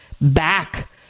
back